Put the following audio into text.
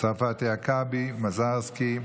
צרפתי הרכבי, מזרסקי,